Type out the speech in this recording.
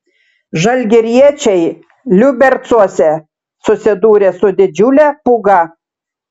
žalgiriečiai liubercuose susidūrė su didžiule pūga